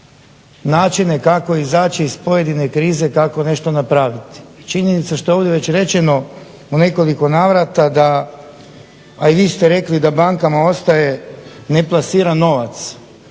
načine kako izaći iz pojedine krize, kako nešto napraviti. I činjenica je što je ovdje već rečeno u nekoliko navrata da, a i vi ste rekli da bankama ostaje neplasiran novac.